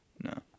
No